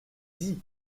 dit